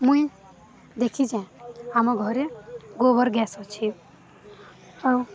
ମୁଇଁ ଦେଖିଛେ ଆମ ଘରେ ଗୋବର ଗ୍ୟାସ୍ ଅଛି ଆଉ